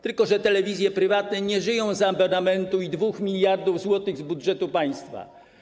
Tylko że telewizje prywatne nie żyją z abonamentu i 2 mld zł z budżetu państwa.